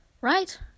Right